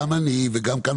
גם אני וגם כאן